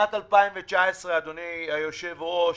בשנת 2019, אדוני היושב ראש,